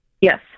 Yes